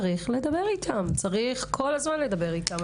צריך לדבר איתם, צריך כל הזמן לדבר איתם על זה.